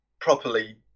properly